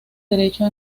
derecho